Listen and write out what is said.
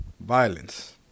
violence